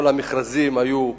כל המכרזים היו מוקפאים,